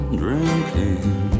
drinking